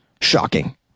Shocking